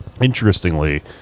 interestingly